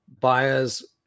buyers